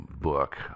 book